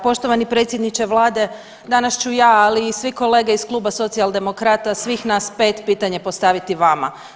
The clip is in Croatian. Poštovani predsjedniče vlade danas ću ja ali i svi kolege iz Kluba Socijaldemokrata svih nas 5 pitanje postaviti vama.